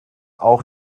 auch